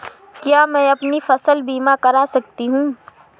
क्या मैं अपनी फसल बीमा करा सकती हूँ?